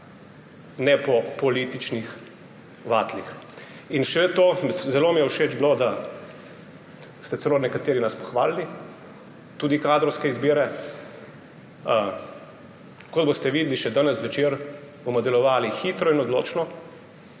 ne po političnih vatlih. In še to. Zelo mi je bilo všeč, da ste nas nekateri celo pohvalili, tudi kadrovske izbire. Kot boste videli še danes zvečer, bomo delovali hitro in odločno